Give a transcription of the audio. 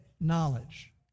knowledge